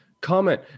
comment